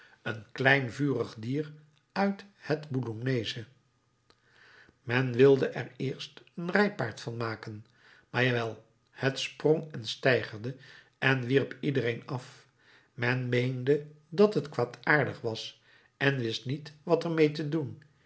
voorbijkomen een klein vurig dier uit het boulonneesche men wilde er eerst een rijpaard van maken maar jawel het sprong en steigerde en wierp iedereen af men meende dat het kwaadaardig was en wist niet wat er mee te doen